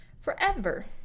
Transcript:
forever